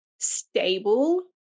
stable